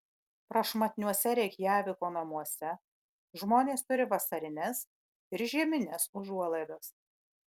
prašmatniuose reikjaviko namuose žmonės turi vasarines ir žiemines užuolaidas